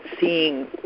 seeing